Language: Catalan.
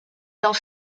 dels